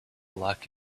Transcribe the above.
luck